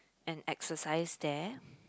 and exercise there